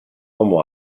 homo